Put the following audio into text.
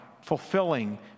fulfilling